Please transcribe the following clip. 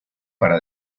para